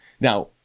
Now